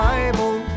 Bible